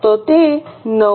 તો તે 9